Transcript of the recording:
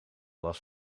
last